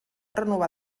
renovar